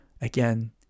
again